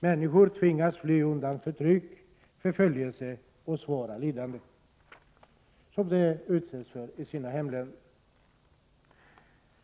Människor tvingas fly undan förtryck, förföljelse och svåra lidanden som de utsätts för i sina hemländer.